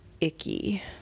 icky